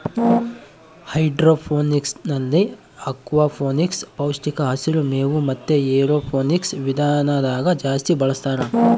ಹೈಡ್ರೋಫೋನಿಕ್ಸ್ನಲ್ಲಿ ಅಕ್ವಾಫೋನಿಕ್ಸ್, ಪೌಷ್ಟಿಕ ಹಸಿರು ಮೇವು ಮತೆ ಏರೋಫೋನಿಕ್ಸ್ ವಿಧಾನದಾಗ ಜಾಸ್ತಿ ಬಳಸ್ತಾರ